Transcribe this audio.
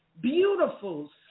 beautiful